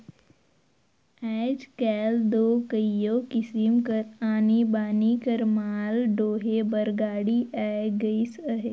आएज काएल दो कइयो किसिम कर आनी बानी कर माल डोहे बर गाड़ी आए गइस अहे